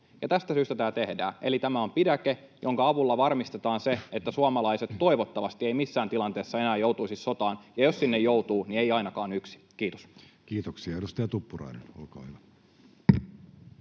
tästä syystä tämä tehdään. Eli tämä on pidäke, jonka avulla varmistetaan se, että suomalaiset toivottavasti eivät missään tilanteessa enää joutuisi sotaan, ja jos sinne joutuvat, niin eivät ainakaan yksin. — Kiitos. Kiitoksia. — Edustaja Tuppurainen, olkaa hyvä.